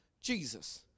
Jesus